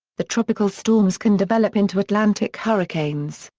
the tropical storms can develop into atlantic hurricanes,